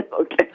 okay